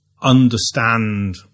understand